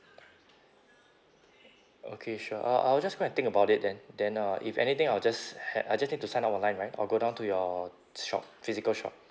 okay sure uh I will just go and think about it then then uh if anything I will just had I just need to sign up online right or go down to your shop physical shop